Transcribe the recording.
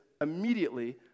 Immediately